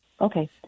Okay